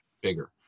bigger